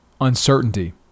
uncertainty